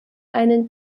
einen